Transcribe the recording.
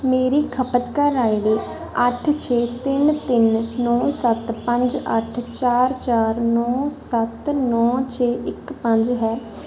ਮੇਰੀ ਖਪਤਕਾਰ I D ਅੱਠ ਛੇ ਤਿੰਨ ਤਿੰਨ ਨੌ ਸੱਤ ਪੰਜ ਅੱਠ ਚਾਰ ਚਾਰ ਨੌ ਸੱਤ ਨੌ ਛੇ ਇੱਕ ਪੰਜ ਹੈ